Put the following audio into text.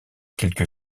quelques